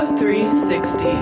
360